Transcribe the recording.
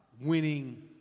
winning